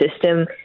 system